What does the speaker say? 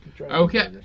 Okay